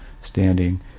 standing